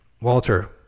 Walter